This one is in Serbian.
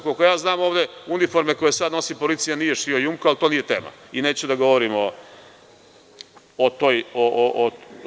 Koliko ja znam ovde uniforme koje sada nosi policija nije šio „Jumko“, ali to nije tema i neću da govorim o „Jumku“